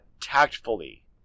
tactfully